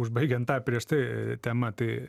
užbaigiant tą prieš tai temą tai